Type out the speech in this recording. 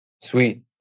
Sweet